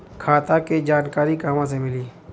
खाता के जानकारी कहवा से मिली?